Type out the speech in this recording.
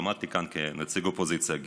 עמדתי כאן כנציג אופוזיציה גאה.